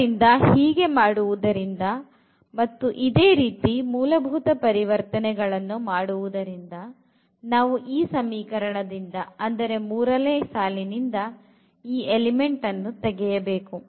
ಆದ್ದರಿಂದ ಹೀಗೆ ಮಾಡುವುದರಿಂದ ಮತ್ತು ಇದೇ ರೀತಿ ಮೂಲಭೂತ ಪರಿವರ್ತನೆಗಳನ್ನು ಮಾಡುವುದರಿಂದ ನಾವು ಈ ಸಮೀಕರಣದಿಂದ ಅಂದರೆ ಮೂರನೇ ಸಾಲಿನಿಂದ ಎಲಿಮೆಂಟ್ ಅನ್ನು ತೆಗೆಯಬೇಕು